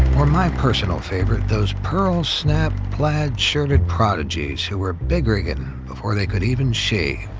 or my personal favorite, those pearl-snapped plaid-shirted prodigies who were big riggin' before they could even shave.